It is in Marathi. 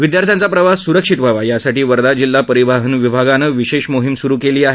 विदयार्थ्यांचा प्रवास सुरक्षित व्हावा यासाठी वर्धा जिल्हा परिवहन विभागानं विशेष मोहीम सुरु केली आहे